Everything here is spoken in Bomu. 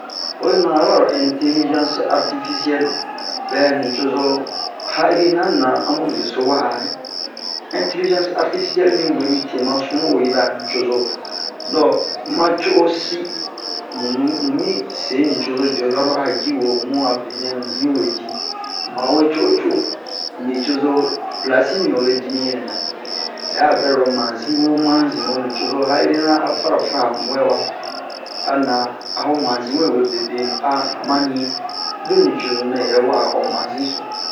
oyi ma a ɓaro ɛntilizansi artifisiyɛl ɓɛ a nucozo ha'irina na a mu beso wa'a-re ɛntilizansi artifisiyɛl miwe mite yi ɓɛ a nucozo donk ma co'osi mu mi se nucozo jɔyɔrɔ a ji ho mu benɛ mu mi we ji mu ma we co'o-wo-co'o nucozo plasi mi hobe dimiyan nɛ hɛ a bira mazin wo mazin ho nucozo ha'irina a a fara mu wɛwa ana a ho mazin we wee bebenu a hanmani lo nucozo nɛ yɛrɛ wa'a ho mazin so